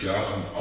Jahren